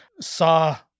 saw